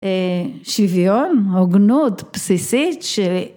שוויון הוגנות בסיסית ש...